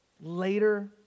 later